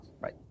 right